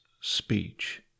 speech